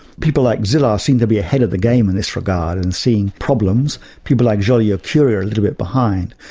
people like szilard seem to be ahead of the game in this regard, and seeing problems. people like joliot curie are a little bit behind.